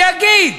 שיגיד.